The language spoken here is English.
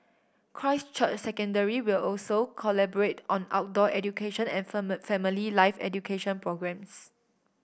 Christ Church Secondary will also collaborate on outdoor education and family life education programmes